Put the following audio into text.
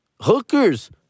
Hookers